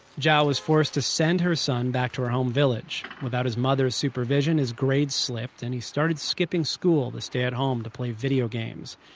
zhao was forced to send her son back to her home village. without his mother's supervision, his grades slipped, and he started skipping school to stay at home to play video games.